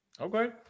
Okay